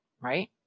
Right